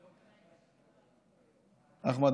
אחמד,